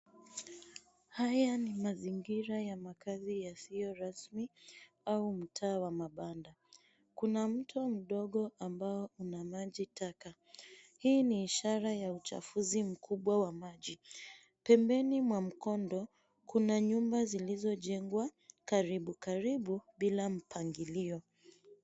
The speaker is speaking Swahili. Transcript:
Haya ni mazingira ya makazi yasiyo rasmi au mtaa wa mabanda. Kuna mto mdogo ambao una maji taka. Hii ni ishara ya uchafuzi mkubwa wa maji. Pembeni mwa mkondo, kuna nyumba zilizojengwa karibu karibu bila mpangilio.